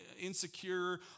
insecure